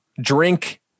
drink